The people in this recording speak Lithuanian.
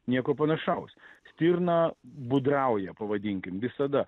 nieko panašaus stirna būdrauja pavadinkim visada